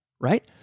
right